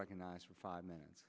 recognized for five minutes